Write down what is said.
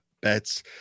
bets